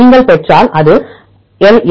நீங்கள் பெற்றால் அது எல்